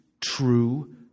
true